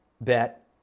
bet